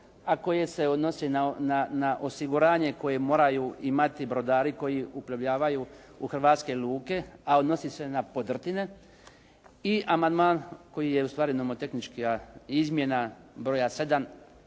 a koji se odnose na osiguranje koje moraju imati brodari koji uplovljavaju u hrvatske luke a odnosi se na podrtine i amandman koji je ustvari nomotehnička izmjena broja 7